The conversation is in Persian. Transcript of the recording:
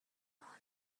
الان